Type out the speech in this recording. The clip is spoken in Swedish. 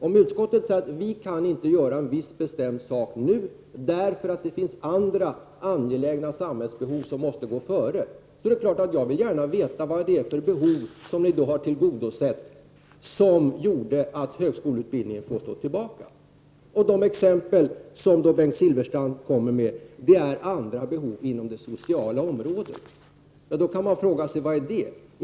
Om utskottet säger att vi inte kan göra en viss bestämd sak, därför att det finns andra angelägna samhällsbehov som måste gå före, är det klart att jag vill veta vad det är för behov som ni har tillgodosett som gjort att högskoleutbildningen fått stå tillbaka. De exempel som Bengt Silfverstrand då kommer med är andra behov inom det sociala området. Då kan man fråga sig: Vad är det?